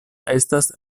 estas